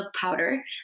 powder